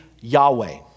Yahweh